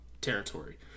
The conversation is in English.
territory